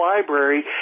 library